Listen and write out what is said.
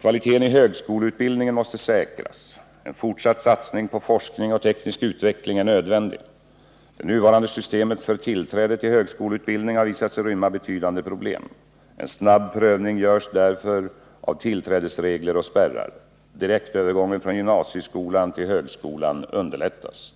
Kvaliteten i högskoleutbildningen måste säkras. En fortsatt satsning på forskning och teknisk utveckling är nödvändig. Det nuvarande systemet för tillträde till högskoleutbildning har visat sig rymma betydande problem. En snabb prövning görs därför av tillträdesregler och spärrar. Direktövergången från gymnasieskolan till högskolan underlättas.